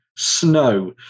snow